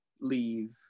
leave